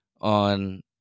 on